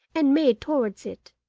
and made towards it.